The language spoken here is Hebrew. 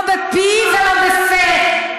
לא ב-P ולא בפ"א,